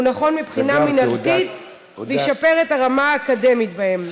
הוא נכון מבחינת מינהלתית וישפר את הרמה האקדמית בהם.